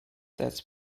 that’s